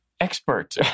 expert